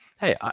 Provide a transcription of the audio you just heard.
Hey